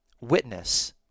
witness